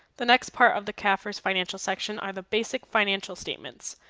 the next part of the cafr financial section are the basic financial statements.